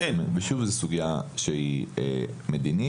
זאת סוגייה מדינית.